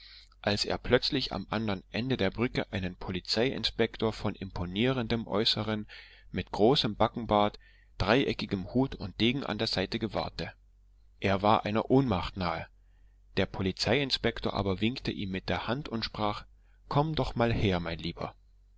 als er plötzlich am andern ende der brücke einen polizei inspektor von imponierendem äußern mit großem backenbart dreieckigem hut und degen an der seite gewahrte er war einer ohnmacht nahe der polizei inspektor aber winkte ihm mit der hand und sprach komm doch mal her mein lieber